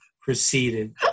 proceeded